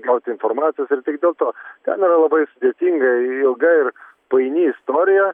gauti informacijos ir tik dėl to ten yra labai sudėtinga ilga ir paini istorija